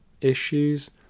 issues